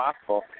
possible